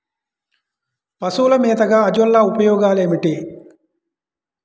పశువుల మేతగా అజొల్ల ఉపయోగాలు ఏమిటి?